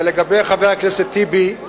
לגבי חבר הכנסת טיבי,